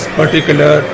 particular